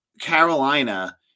Carolina